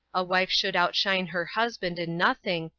a wife should outshine her husband in nothing,